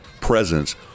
presence